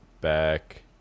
back